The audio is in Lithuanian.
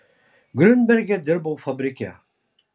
griunberge dirbau fabrike